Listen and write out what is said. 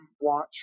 watch